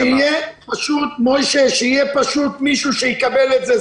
שיהיה פשוט מישהו שיקבל את זה,